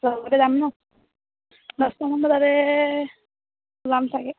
লগতে যাম নহ্ দছটমান বজাতে ওলাম চাগে